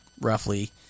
roughly